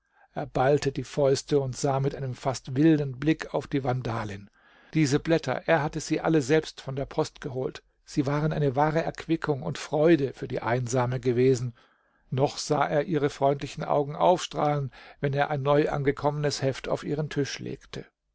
er ballte die fäuste und sah mit einem fast wilden blick auf die vandalin diese blätter er hatte sie alle selbst von der post geholt sie waren eine wahre erquickung und freude für die einsame gewesen noch sah er ihre freundlichen augen aufstrahlen wenn er ein neuangekommenes heft auf ihren tisch legte